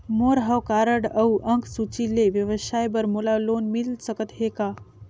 मोर हव कारड अउ अंक सूची ले व्यवसाय बर मोला लोन मिल सकत हे का?